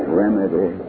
remedy